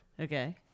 Okay